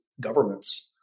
government's